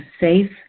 safe